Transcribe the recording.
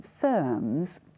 firms